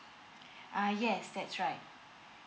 uh yes that's right